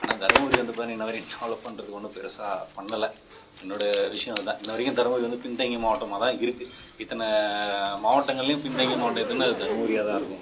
ஆனால் தருமபுரி வந்து பாருங்க இன்ன வரையும் டெவலப் பண்ணுறதுக்கு ஒன்றும் பெருசாக பண்ணலை என்னோடய விஷயம் இதுதான் இன்ன வரைக்கும் தருமபுரி வந்து பின் தங்கிய மாவட்டமாக தான் இருக்கு இத்தனை மாவட்டங்கள்லேயும் பின் தங்கிய மாவட்டம் எதுனா அது தருமபுரியாக தான் இருக்கும்